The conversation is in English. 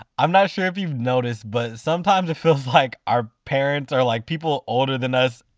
i'm not sure if you've noticed, but sometimes it feels like our parents, or like people older than us,